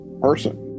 person